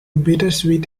bittersweet